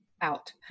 out